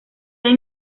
han